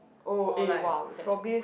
oh eh !wow! that's cool